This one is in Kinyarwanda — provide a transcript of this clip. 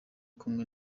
kumwe